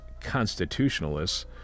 constitutionalists